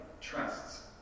trusts